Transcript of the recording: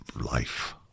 life